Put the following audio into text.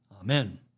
Amen